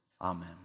Amen